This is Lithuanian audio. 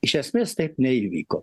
iš esmės taip neįvyko